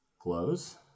Glow's